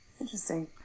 interesting